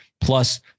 plus